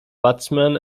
batsman